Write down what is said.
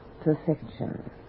perfection